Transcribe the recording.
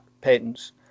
patents